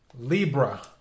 Libra